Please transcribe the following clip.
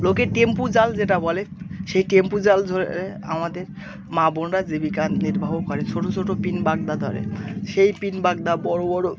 লোকে টেম্পু জাল যেটা বলে সেই টেম্পু জাল ধরে আমাদের মা বোনরা জীবিকা নির্বাহও করে ছোটো ছোটো পিন বাগদা ধরে সেই পিন বাগদা বড় বড়